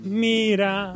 mira